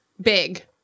big